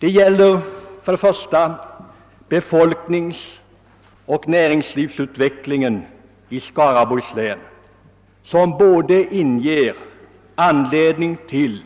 Det gäller först befolkningsoch näringslivsutvecklingen i Skaraborgs län som ger anledning till